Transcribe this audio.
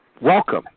welcome